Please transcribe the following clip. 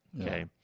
okay